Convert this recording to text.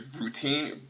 routine